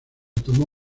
tomó